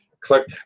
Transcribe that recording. click